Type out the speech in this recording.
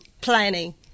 planning